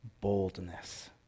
boldness